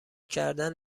کردن